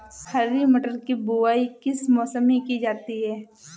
हरी मटर की बुवाई किस मौसम में की जाती है?